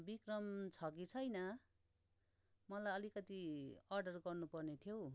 विक्रम छ कि छैन मलाई अलिकति अर्डर गर्नुपर्ने थियो हौ